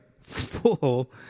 fool